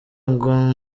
ngo